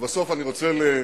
יש גבול לכל תעלול.